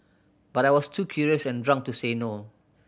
but I was too curious and drunk to say no